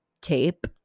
tape